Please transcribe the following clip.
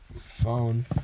Phone